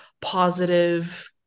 positive